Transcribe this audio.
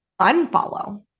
unfollow